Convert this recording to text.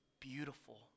beautiful